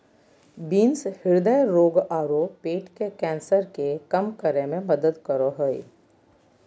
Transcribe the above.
beans हृदय रोग आरो पेट के कैंसर के कम करे में मदद करो हइ